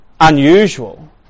unusual